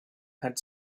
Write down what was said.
had